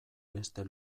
beste